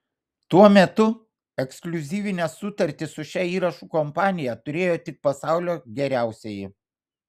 tuo metu ekskliuzyvines sutartis su šia įrašų kompanija turėjo tik pasaulio geriausieji